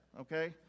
okay